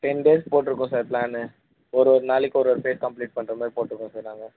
ten days போட்டிருக்கோம் sir plan ஒரு ஒரு நாளைக்கு ஒரு ஒரு பேஸ் கம்ப்ளீட் பண்ணுற மாதிரி போட்டிருக்கோம் சார் நாங்கள்